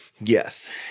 yes